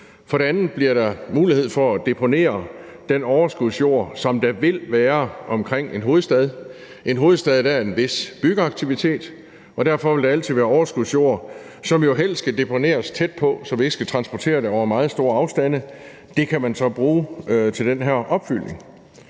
For det andet bliver der mulighed for at deponere den overskudsjord, som der vil være omkring en hovedstad. I en hovedstad er der en vis byggeaktivitet, og derfor vil der altid være overskudsjord, som jo helst skal deponeres tæt på, så vi ikke skal transportere det over meget store afstande. Det kan man så bruge til den her opfyldning.